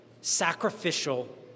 sacrificial